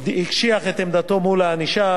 הקשיח את עמדתו מול הענישה.